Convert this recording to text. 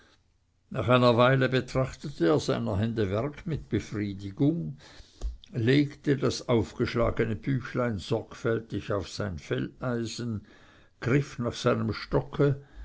nach einer weile betrachtete er seiner hände werk mit befriedigung legte das aufgeschlagene büchlein sorgfältig auf sein felleisen griff nach seinem stocke